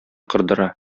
кырдыра